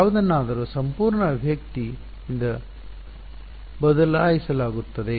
ಯಾವುದನ್ನಾದರೂ ಸಂಪೂರ್ಣ ಅಭಿವ್ಯಕ್ತಿ ಇ0ದ ಬದಲಾಯಿಸಲಾಗುತ್ತದೆ